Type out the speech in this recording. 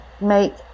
make